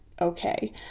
okay